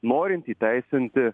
norint įteisinti